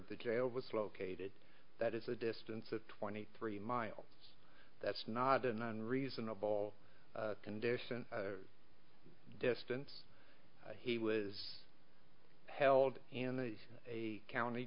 the jail was located that is a distance of twenty three miles that's not in reasonable condition distance he was held in a county